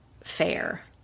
fair